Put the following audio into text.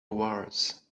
wars